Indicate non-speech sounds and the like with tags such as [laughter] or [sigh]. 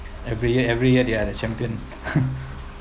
every year every year they're the champion [laughs]